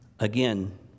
Again